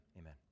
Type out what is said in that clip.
amen